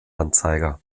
anzeiger